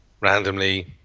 randomly